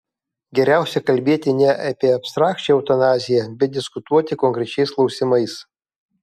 geriausia kalbėti ne apie abstrakčią eutanaziją bet diskutuoti konkrečiais klausimais